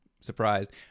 surprised